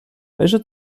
welche